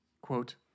Quote